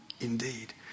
indeed